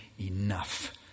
enough